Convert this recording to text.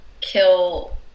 kill